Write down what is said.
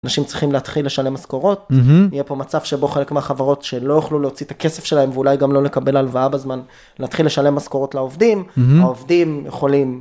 אנשים צריכים להתחיל לשלם משכורות, יהיה פה מצב שבו חלק מהחברות שלא יוכלו להוציא את הכסף שלהם ואולי גם לא לקבל הלוואה בזמן, להתחיל לשלם משכורות לעובדים, העובדים יכולים.